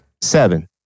Seven